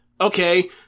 okay